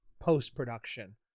post-production